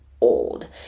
old